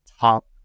top